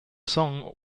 song